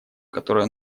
которое